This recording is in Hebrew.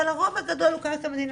אבל הרוב הגדול הוא קרקע מדינה,